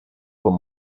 con